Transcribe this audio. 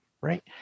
Right